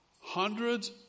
hundreds